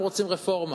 כולם רוצים רפורמה,